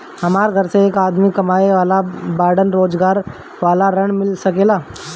हमरा घर में एक आदमी ही कमाए वाला बाड़न रोजगार वाला ऋण मिल सके ला?